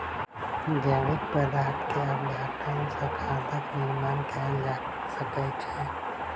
जैविक पदार्थ के अपघटन सॅ खादक निर्माण कयल जा सकै छै